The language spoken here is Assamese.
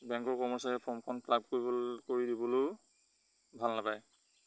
বেংকৰ কৰ্মচাৰীৰে ফৰ্মখন ফিল আপ কৰিব কৰি দিবলৈও ভাল নাপায়